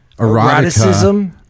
eroticism